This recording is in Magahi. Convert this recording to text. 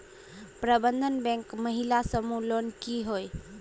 प्रबंधन बैंक महिला समूह लोन की होय?